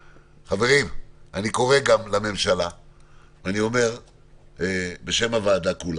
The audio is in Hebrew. חברים, אני קורא גם לממשלה בשם הוועדה כולה.